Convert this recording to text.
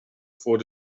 voor